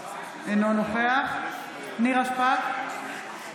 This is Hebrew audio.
אינו נוכח נירה שפק,